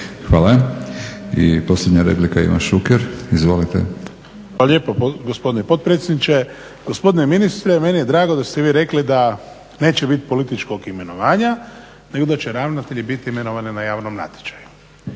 Hvala. I posljednja replika Ivan Šuker. Izvolite. **Šuker, Ivan (HDZ)** Hvala lijepo gospodine potpredsjedniče. Gospodine ministre, meni je drago da ste vi rekli da neće bit političkog imenovanja nego da će ravnatelji biti imenovani na javnom natječaju.